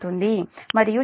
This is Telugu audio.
మరియు శక్తి కారకం 0